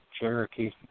Cherokee